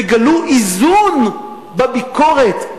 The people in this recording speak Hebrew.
תגלו איזון בביקורת,